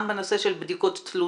גם בנושא של בדיקות תלות,